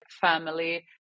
family